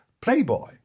playboy